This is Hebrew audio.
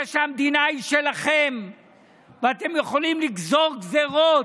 שהמדינה היא שלכם ואתם יכולים לגזור גזרות,